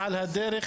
שלהם,